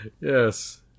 Yes